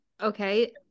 okay